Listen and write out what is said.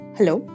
Hello